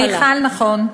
מיכל, נכון.